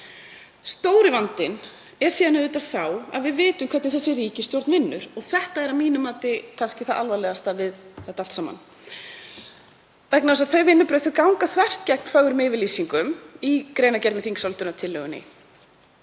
Stóri vandinn er síðan auðvitað sá að við vitum hvernig þessi ríkisstjórn vinnur, og þetta er að mínu mati kannski það alvarlegasta við þetta allt saman vegna þess að þau vinnubrögð ganga þvert gegn fögrum yfirlýsingum í greinargerð með þingsályktunartillögunni.